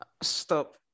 stop